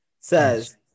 says